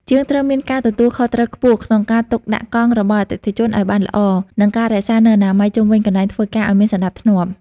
ជាងត្រូវមានការទទួលខុសត្រូវខ្ពស់ក្នុងការទុកដាក់កង់របស់អតិថិជនឱ្យបានល្អ និងការរក្សានូវអនាម័យជុំវិញកន្លែងធ្វើការឱ្យមានសណ្តាប់ធ្នាប់។